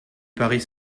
paris